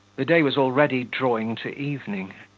the day was already drawing to evening.